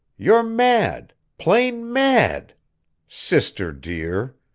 you're mad plain mad sister, dear!